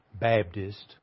Baptist